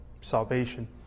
salvation